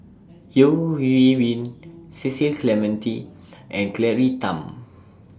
Yeo Hwee Bin Cecil Clementi and Claire Tham